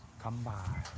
come by.